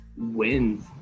Wins